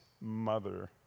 mother